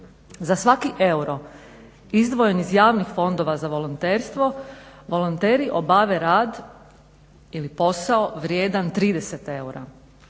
Za svaki euro izdvojen iz javnih fondova za volonterstvo, volonteri obave rad ili posao vrijedan 30 eura